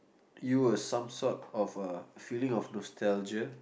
you were some sort of a feeling of nostalgia